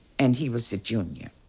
and he was a junior.